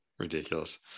Ridiculous